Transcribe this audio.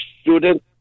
student